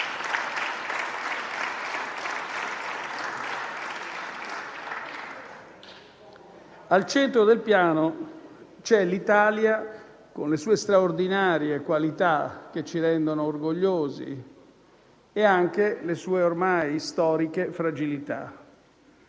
Al centro del Piano c'è l'Italia, con le sue straordinarie qualità che ci rendono orgogliosi e anche le sue ormai storiche fragilità,